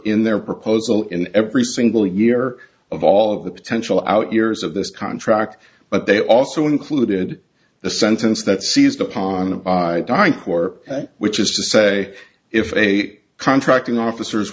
in their proposal in every single year of all of the potential out years of this contract but they also included the sentence that seized upon a dying corps which is to say if a contracting officers